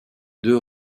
deux